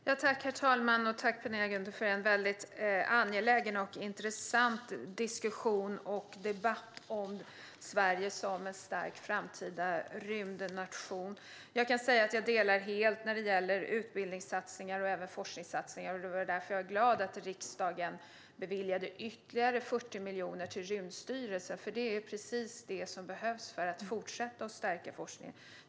Herr talman! Tack, Penilla Gunther, för en väldigt angelägen och intressant diskussion och debatt om Sverige som en stark framtida rymdnation! Jag delar helt din uppfattning vad gäller utbildnings och forskningssatsningar. Därför är jag glad över att riksdagen beviljade ytterligare 40 miljoner till Rymdstyrelsen. Det är precis vad som behövs för att fortsätta stärka forskningen.